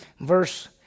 verse